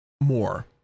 more